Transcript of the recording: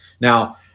Now